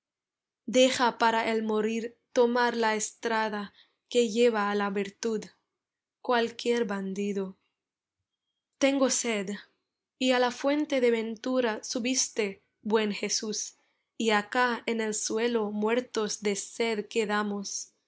deja para el morir tomar la estrada que lleva á la virtud cualquier bandido tengo sed y á la fuente de ventura subiste buen jesús y acá en el suelo muertos de sed quedamos